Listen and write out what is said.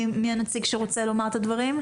מי הנציג שרוצה לומר את הדברים?